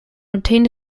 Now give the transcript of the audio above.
obtained